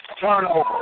Turnover